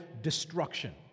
destruction